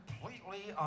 completely